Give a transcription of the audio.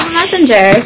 messenger